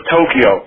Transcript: Tokyo